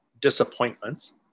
disappointments